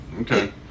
Okay